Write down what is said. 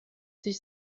sich